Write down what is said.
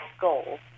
goals